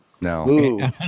No